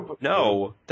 no